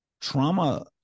Trauma